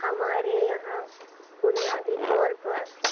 ہمارے یہاں بنیادی طور پر